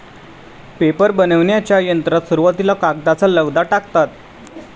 paper बनविण्याच्या यंत्रात सुरुवातीला कागदाचा लगदा टाकतात